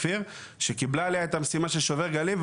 כפיר שקיבלה עליה את המשימה של שובר גלים,